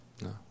No